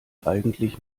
eigentlich